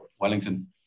Wellington